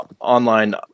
online